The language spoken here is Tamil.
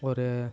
ஒரு